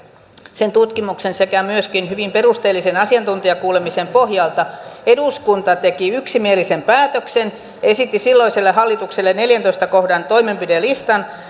sen tutkimuksen sekä myöskin hyvin perusteellisen asiantuntijakuulemisen pohjalta eduskunta teki yksimielisen päätöksen esitti silloiselle hallitukselle neljännentoista kohdan toimenpidelistan